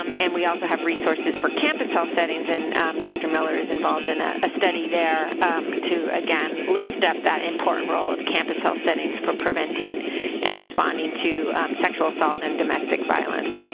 um and we also have resources for campus health settings, and dr. miller is involved in a ah study there to, again, lift up that important role of campus health settings for preventing and responding to sexual assault and domestic violence.